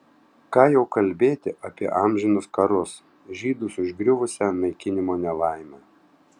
ką jau kalbėti apie amžinus karus žydus užgriuvusią naikinimo nelaimę